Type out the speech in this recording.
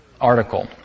article